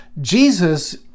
Jesus